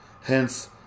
Hence